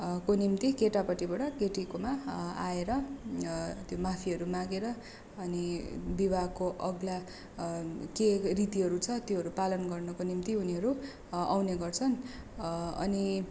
को निम्ति केटापट्टिबाट केटीकोमा आएर त्यो माफीहरू मागेर अनि विवाहको अघिल्ला के रीतिहरू छ त्योहरू पालन गर्नका निम्ति उनीहरू आउने गर्छन् अनि